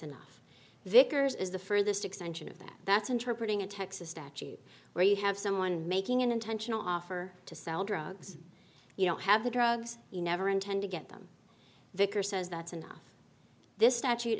enough vicars is the furthest extension of that that's interpreting a texas statute where you have someone making an intentional offer to sell drugs you don't have the drugs you never intend to get them victor says that's enough this statute